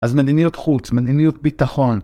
אז מדיניות חוץ, מדיניות ביטחון